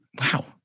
Wow